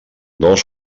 dolç